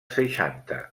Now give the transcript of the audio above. seixanta